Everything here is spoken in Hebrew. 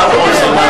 מה אתה רוצה.